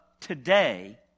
today